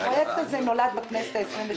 הפרויקט הזה נולד בכנסת ה-22,